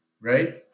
right